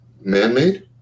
man-made